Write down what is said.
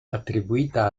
attribuita